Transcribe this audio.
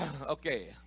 Okay